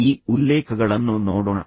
ಈ ಉಲ್ಲೇಖಗಳನ್ನು ನೋಡೋಣ